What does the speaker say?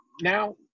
Now